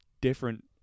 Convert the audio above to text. different